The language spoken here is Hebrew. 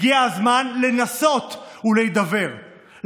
הגיע הזמן לנסות ולהידבר,